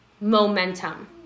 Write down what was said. momentum